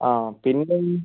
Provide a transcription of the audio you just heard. അ പിന്നെ ഈ